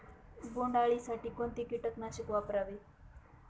बोंडअळी साठी कोणते किटकनाशक वापरावे?